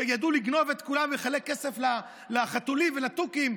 שידעו לגנוב את כולם ולחלק כסף לחתולים ולתוכים,